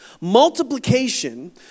multiplication